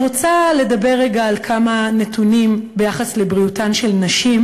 אני רוצה לדבר רגע על כמה נתונים ביחס לבריאותן של נשים